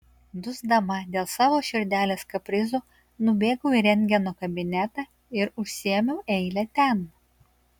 dusdama dėl savo širdelės kaprizų nubėgau į rentgeno kabinetą ir užsiėmiau eilę ten